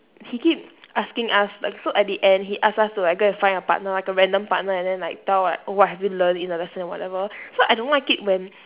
he keep asking us like so at the end he asked us to like go and find a partner like a random partner and then like tell like what have you learnt in the lesson and whatever so I don't like it when